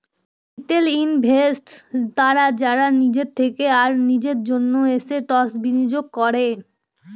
retail investors তারা যারা নিজের থেকে আর নিজের জন্য এসেটস বিনিয়োগ করে